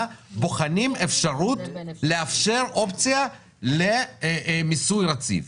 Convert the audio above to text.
בוחנים אפשרות לאפשר אופציה למיסוי רציף.